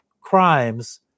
crimes